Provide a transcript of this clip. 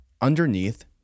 underneath